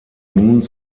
nun